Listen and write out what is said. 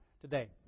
today